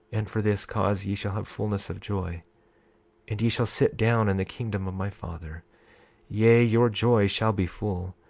and for this cause ye shall have fulness of joy and ye shall sit down in the kingdom of my father yea, your joy shall be full,